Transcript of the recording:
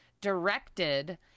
directed